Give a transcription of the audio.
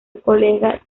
colega